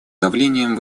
давлением